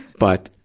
but,